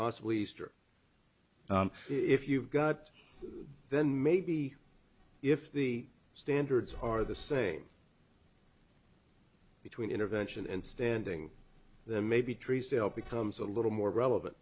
easter if you've got then maybe if the standards are the same between intervention and standing there may be trees still becomes a little more relevant